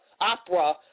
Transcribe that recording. opera